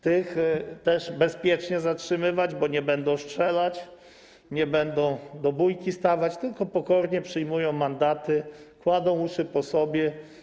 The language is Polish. Tych też bezpiecznie zatrzymywać, bo nie będą strzelać, nie będą stawać do bójki, tylko pokornie przyjmują mandaty, kładą uszy po sobie.